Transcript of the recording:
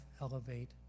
elevate